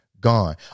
gone